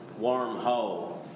wormhole